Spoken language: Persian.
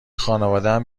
خانوادهام